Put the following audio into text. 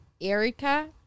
Erica